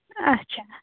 اچھا